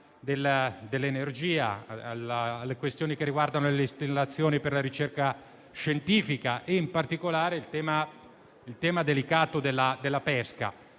dell'energia, alle questioni riguardanti le installazioni per la ricerca scientifica e, in particolare, al tema delicato della pesca.